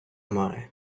має